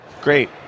Great